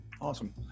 Awesome